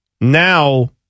now